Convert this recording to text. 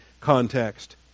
context